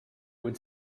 would